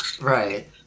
right